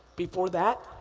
before that,